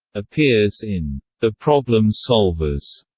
appears in the problem solvers,